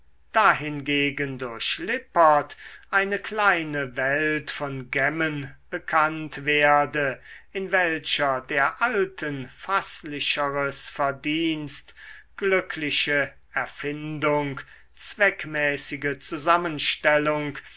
dahingegen durch lippert eine kleine welt von gemmen bekannt werde in welcher der alten faßlicheres verdienst glückliche erfindung zweckmäßige zusammenstellung